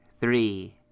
three